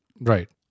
Right